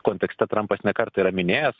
kontekste trampas ne kartą yra minėjęs